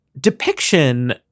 depiction